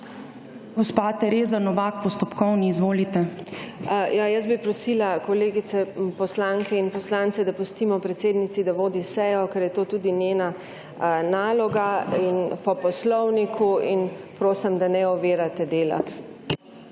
Gospa Tereza Novak, postopkovno, izvolite. TEREZA NOVAK (PS Svoboda): Prosila bi kolegice poslanke in poslance, da pustimo predsednici, da vodi sejo, ker je to tudi njena naloga po poslovniku, in prosim, da ne ovirate dela.